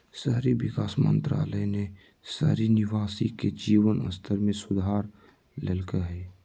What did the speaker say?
शहरी विकास मंत्रालय ने शहरी निवासी के जीवन स्तर में सुधार लैल्कय हइ